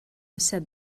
said